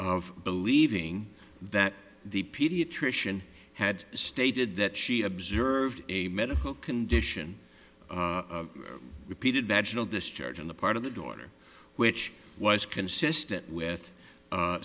of believing that the pediatrician had stated that she observed a medical condition repeated that gentle discharge on the part of the daughter which was consistent with